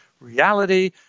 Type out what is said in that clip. reality